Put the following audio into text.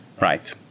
Right